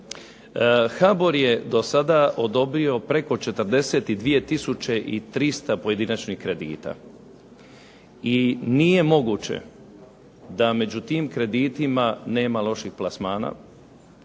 HBOR je do sada odobrio preko 42 tisuće i 300 pojedinačnih kredita i nije moguće da među tim kreditima nema loših plasmana.